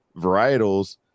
varietals